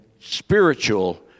spiritual